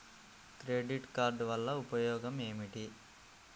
Credit card వల్ల ఉపయోగం ఏమిటీ?